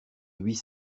huit